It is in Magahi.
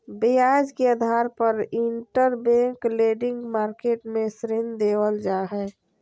ब्याज के आधार पर इंटरबैंक लेंडिंग मार्केट मे ऋण देवल जा हय